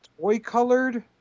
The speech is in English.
toy-colored